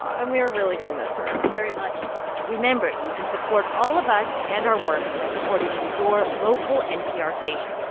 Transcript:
and we are really going to miss her very much remember you can support all of us and our work by supporting your local npr station.